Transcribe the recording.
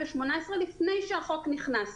לפני שהחוק נכנס לתוקף.